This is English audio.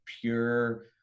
pure